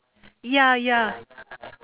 ya ya